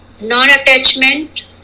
non-attachment